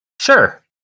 Sure